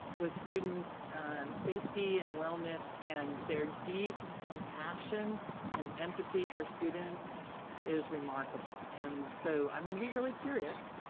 was student safety and wellness and their deep compassion and empathy for students is remarkable and so i'm gonna be really curious.